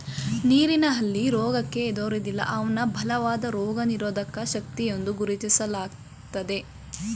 ನೀರಿನ ಲಿಲ್ಲಿ ರೋಗಕ್ಕೆ ಹೆದರೋದಿಲ್ಲ ಅವ್ನ ಬಲವಾದ ರೋಗನಿರೋಧಕ ಶಕ್ತಿಯೆಂದು ಗುರುತಿಸ್ಲಾಗ್ತದೆ